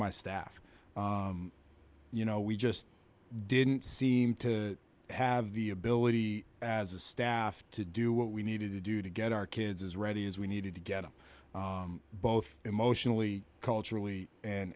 my staff you know we just didn't seem to have the ability as a staff to do what we needed to do to get our kids as ready as we needed to get them both emotionally culturally